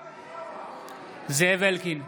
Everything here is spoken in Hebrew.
בעד זאב אלקין,